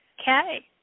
Okay